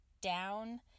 down